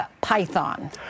python